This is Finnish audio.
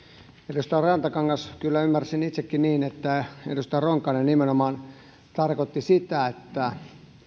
edustaja rantakangas kyllä ymmärsin itsekin niin että edustaja ronkainen nimenomaan tarkoitti sitä että